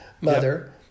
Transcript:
mother